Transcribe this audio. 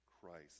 Christ